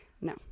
No